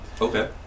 Okay